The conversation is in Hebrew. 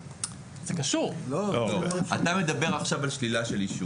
אתה מדבר עכשיו על שלילה של אישור.